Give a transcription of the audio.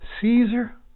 Caesar